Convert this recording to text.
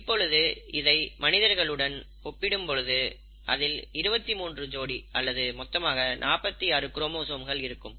இப்பொழுது இதை மனிதர்களுடன் ஒப்பிடும் பொழுது அதில் 23 ஜோடி அல்லது மொத்தமாக 46 குரோமோசோம்கள் இருக்கும்